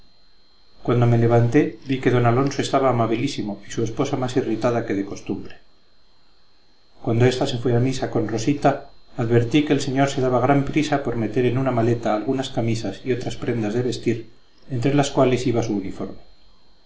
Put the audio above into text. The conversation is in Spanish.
cuando me levanté vi que d alonso estaba amabilísimo y su esposa más irritada que de costumbre cuando ésta se fue a misa con rosita advertí que el señor se daba gran prisa por meter en una maleta algunas camisas y otras prendas de vestir entre las cuales iba su uniforme